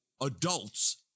adults